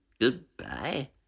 Goodbye